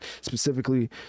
specifically